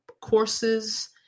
courses